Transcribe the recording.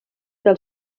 del